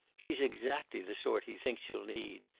she's exactly the sort he thinks you'll need.